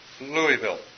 Louisville